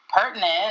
pertinent